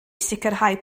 sicrhau